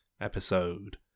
episode